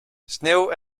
sneeuw